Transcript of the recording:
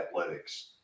athletics